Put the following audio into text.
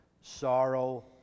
sorrow